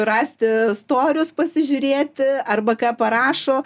rasti storius pasižiūrėti arba ką parašo